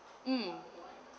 um